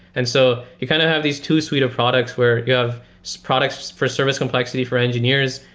and so you kind of have these two suites of products where you have products for service complexity for engineers,